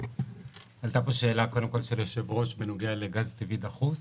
עלתה פה שאלה של היושב-ראש בנוגע לגז טבעי דחוס.